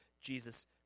Jesus